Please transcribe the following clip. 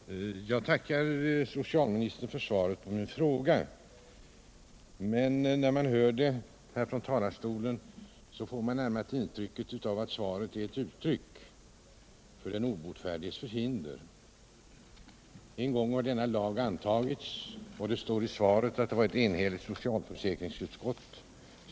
Herr talman! Jag tackar socialministern för svaret på min fråga. Men när man lyssnade till socialministerns uppläsning av svaret, fick man närmast en känsla av att svaret var ett uttryck för den obotfärdiges förhinder. En gång i tiden antogs denna lag, sedan lagförslaget — som det står i svaret — tillstyrkts av ett enigt socialförsäkringsutskott.